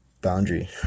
boundary